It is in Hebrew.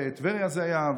בטבריה זה היה,